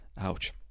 ouch